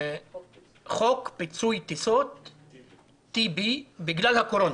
בחוק פיצוי טיסות "טיבי", בגלל הקורונה.